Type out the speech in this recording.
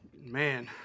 man